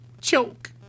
Choke